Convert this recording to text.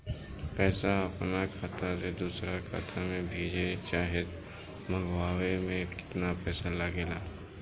पैसा अपना खाता से दोसरा खाता मे भेजे चाहे मंगवावे में केतना पैसा लागेला?